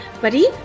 buddy